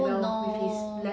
oh no